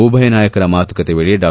ಉಭಯ ನಾಯಕರ ಮಾತುಕತೆ ವೇಳೆ ಡಾ